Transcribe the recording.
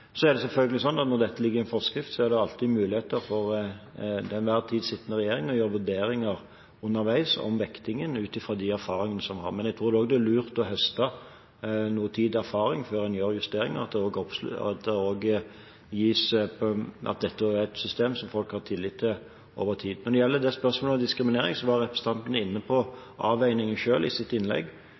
ligger i en forskrift, er det selvfølgelig alltid muligheter for den til enhver tid sittende regjering å gjøre vurderinger underveis av vektingen, ut ifra de erfaringene man får. Men jeg tror det er lurt å høste erfaringer over en viss tid før en gjør justeringer, og at dette blir et system som folk har tillit til over tid. Når det gjelder spørsmålet om diskriminering, var representanten selv inne på avveiningen i sitt innlegg.